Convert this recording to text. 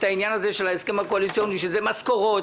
העניין של ההסכם הקואליציוני שזה משכורות,